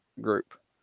group